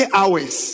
hours